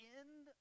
end